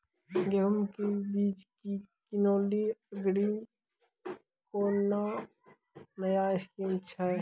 गेहूँ बीज की किनैली अग्रिम कोनो नया स्कीम छ?